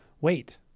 wait